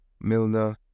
Milner